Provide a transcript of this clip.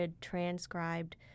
transcribed